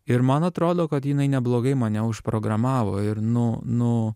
ir man atrodo kad jinai neblogai mane užprogramavo ir nu nu